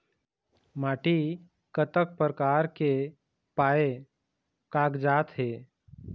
माटी कतक प्रकार के पाये कागजात हे?